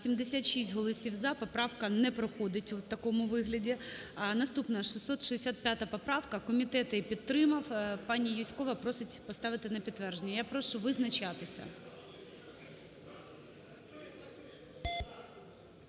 76 голосів – за. Поправка не проходить у такому вигляді. Наступна 665 поправка. Комітет її підтримав. Пані Юзькова просить поставити на підтвердження. Я прошу визначатися.